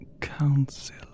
council